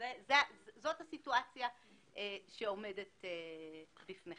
זאת הסיטואציה שעומדת בפניכם.